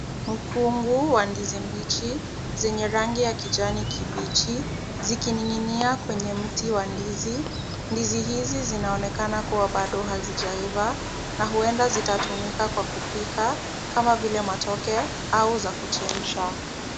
Mkungu wa ndizi mbichi zenye rangi ya kijani kibichi, zikining'inia kwenye mti wa ndizi. Ndizi hizi zinaonekana kuwa bado hazijaiva na huenda zitatumika kwa kupika kama vile matoke au za kuchemsha.